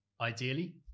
ideally